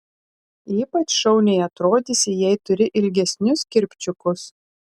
ypač šauniai atrodysi jei turi ilgesnius kirpčiukus